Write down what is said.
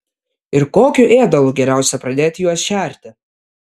ir kokiu ėdalu geriausia pradėti juos šerti